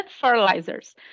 fertilizers